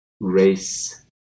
race